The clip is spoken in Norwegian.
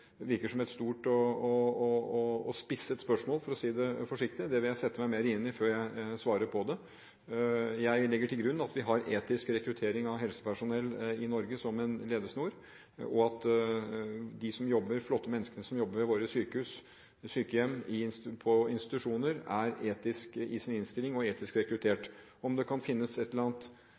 virker som et stort og spisset spørsmål, for å si det forsiktig, og det vil jeg sette meg bedre inn i før jeg svarer. Jeg legger til grunn at vi har etisk rekruttering av helsepersonell i Norge som en ledesnor, og at de flotte menneskene som jobber ved våre sykehus, sykehjem og institusjoner, er etiske i sin innstilling og etisk rekruttert. Om det kan finnes et eller annet